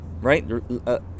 right